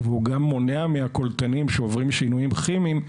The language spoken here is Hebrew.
והוא גם מונע מהקולטנים שעוברים שינויים כימיים,